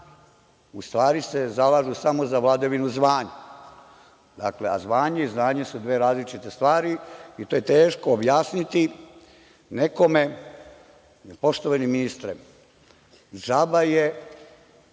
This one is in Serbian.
u stvari se zalažu samo za vladavinu zvanja, a zvanje i znanje su dve različite stvari i to je teško objasniti nekome, jer poštovani ministre, džaba je